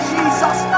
Jesus